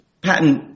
patent